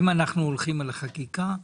אם אנחנו הולכים עלה חקיקה,